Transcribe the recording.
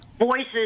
Voices